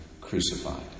crucified